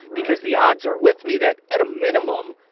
because the odds are with me that, at a minimum,